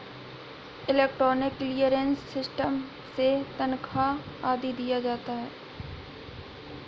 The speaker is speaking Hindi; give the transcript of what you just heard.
इलेक्ट्रॉनिक क्लीयरेंस सिस्टम से तनख्वा आदि दिया जाता है